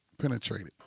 penetrated